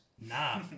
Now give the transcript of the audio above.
Nah